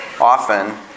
often